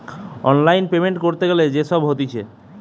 online payment ক্যরতে গ্যালে যে সব হতিছে